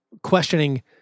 Questioning